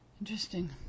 Interesting